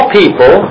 people